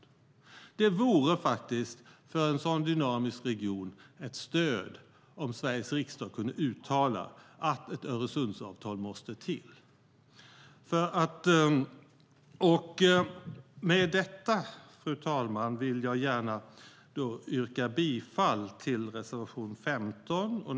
Det vore för en sådan dynamisk region ett stöd om Sveriges riksdag kunde uttala att ett Öresundsavtal måste till. Med detta, fru talman, vill jag gärna yrka bifall till reservation 15.